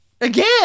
Again